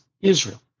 Israel